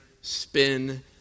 spin